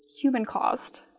human-caused